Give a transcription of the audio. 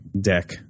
deck